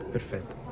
Perfetto